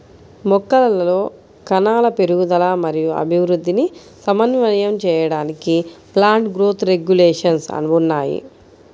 మొక్కలలో కణాల పెరుగుదల మరియు అభివృద్ధిని సమన్వయం చేయడానికి ప్లాంట్ గ్రోత్ రెగ్యులేషన్స్ ఉన్నాయి